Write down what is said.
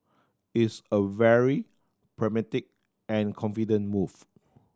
it's a very pragmatic and confident move